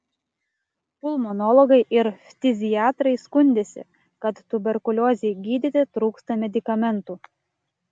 pulmonologai ir ftiziatrai skundėsi kad tuberkuliozei gydyti trūksta medikamentų